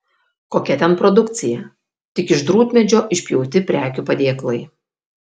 kokia ten produkcija tik iš drūtmedžio išpjauti prekių padėklai